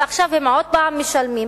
ועכשיו הם עוד פעם משלמים,